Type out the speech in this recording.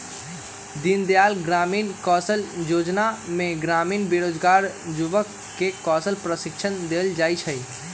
दीनदयाल ग्रामीण कौशल जोजना में ग्रामीण बेरोजगार जुबक के कौशल प्रशिक्षण देल जाइ छइ